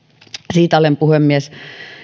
siitä olen puhemies